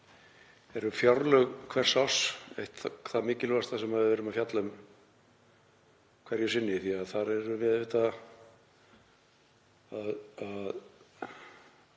eru fjárlög hvers árs eitt það mikilvægasta sem við erum að fjalla um hverju sinni því að þar erum við